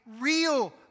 real